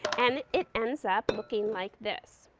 and it ends up looking like this.